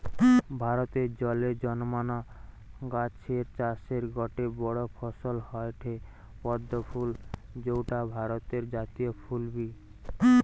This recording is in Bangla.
ভারতে জলে জন্মানা গাছের চাষের গটে বড় ফসল হয়ঠে পদ্ম ফুল যৌটা ভারতের জাতীয় ফুল বি